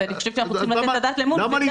אני חושבת שאנחנו צריכים לתת את הדעת על האמון --- אז